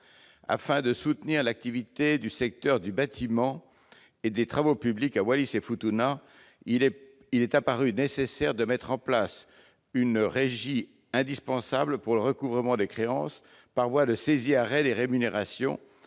Afin de soutenir l'activité du secteur du bâtiment et des travaux publics à Wallis-et-Futuna, il est apparu indispensable de mettre en place une régie pour le recouvrement des créances par voie de saisie-arrêt des rémunérations,